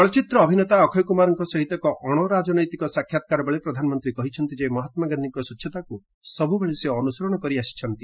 ଚଳଚ୍ଚିତ୍ର ଅଭିନେତା ଅକ୍ଷୟ କୁମାରଙ୍କ ସହିତ ଏକ ଅଶରାଜନୈତିକ ସାକ୍ଷାତ୍କାରବେଳେ ପ୍ରଧାନମନ୍ତ୍ରୀ କହିଛନ୍ତି ସେ ମହାତ୍ମାଗାନ୍ଧିଙ୍କ ସ୍ୱଚ୍ଚତାକୁ ସବୁବେଳେ ଅନୁସରଣ କରିଆସିଛନ୍ତି